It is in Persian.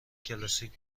کلاسیک